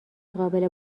قابل